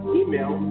email